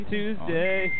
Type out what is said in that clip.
Tuesday